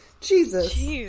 Jesus